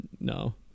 no